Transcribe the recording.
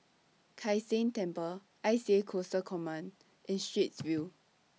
Kai San Temple I C A Coastal Command and Straits View